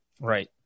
Right